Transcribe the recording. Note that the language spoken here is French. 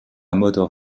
motor